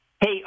Hey